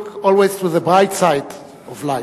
look always to the bright side of life: